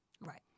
Right